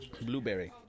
Blueberry